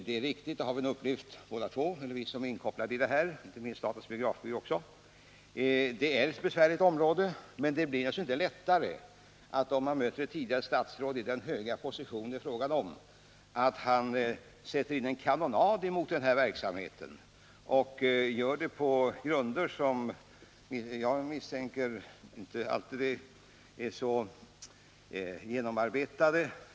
Det har vi som är inkopplade på detta arbete upplevt — inte minst statens biografbyrå. Men det blir inte lättare, om man möter ett tidigare statsråd i den höga position det är fråga om, att han sätter in en kanonad emot den här verksamheten och gör det på grunder som jag misstänker inte alltid är så genomarbetade.